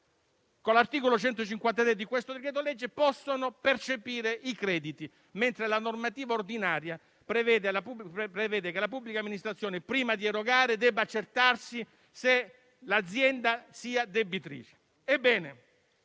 con l'articolo 153 del citato decreto-legge possono percepire i crediti, mentre la normativa ordinaria prevede che la pubblica amministrazione prima di erogare debba accertarsi se l'azienda sia debitrice.